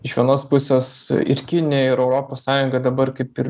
iš vienos pusės ir kinija ir europos sąjunga dabar kaip ir